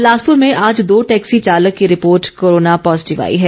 बिलासपुर में आज दो टैक्सी चालके की रिपोर्ट कोरोना पॉज़िटिव आई है